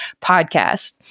Podcast